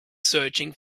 searching